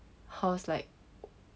how's like